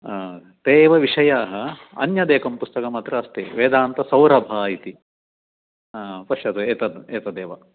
ते एव विषयाः अन्यदेकं पुस्तकम् अत्र अस्ति वेदान्तसौरभः इति पश्यतु एतत् एतदेव